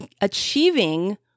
achieving